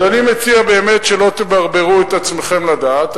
אז אני מציע באמת שלא תברברו את עצמכם לדעת,